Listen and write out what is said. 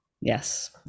Yes